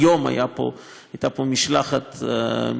היום הייתה פה משלחת מסין,